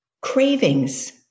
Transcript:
Cravings